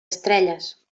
estrelles